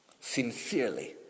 sincerely